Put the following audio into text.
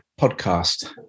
podcast